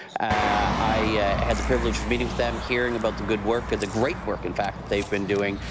i had the privilege of meeting them, hearing about the good work, the great work in fact that they've been doing,